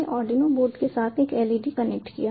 हमने Arduino board के साथ एक LED कनेक्ट किया